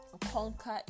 conquer